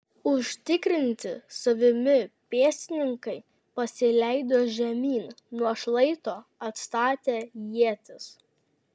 užtikrinti savimi pėstininkai pasileido žemyn nuo šlaito atstatę ietis